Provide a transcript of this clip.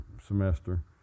semester